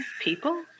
People